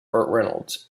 bert